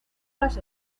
las